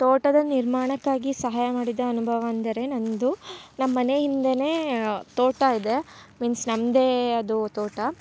ತೋಟದ ನಿರ್ಮಾಣಕ್ಕಾಗಿ ಸಹಾಯ ಮಾಡಿದ ಅನುಭವ ಅಂದರೆ ನನ್ನದು ನಮ್ಮ ಮನೆ ಹಿಂದೆಯೇ ತೋಟ ಇದೆ ಮೀನ್ಸ್ ನಮ್ಮದೇ ಅದು ತೋಟ